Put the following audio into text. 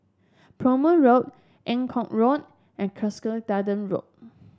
Prompton Road Eng Kong Road and Cuscaden Road